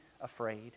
afraid